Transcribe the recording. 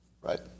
right